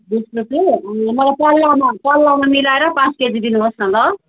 बिस रुपे ए मलाई पल्लामा पल्लामा मिलाएर पाँच केजी दिनुहोस् न ल